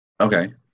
Okay